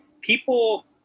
people